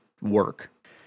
work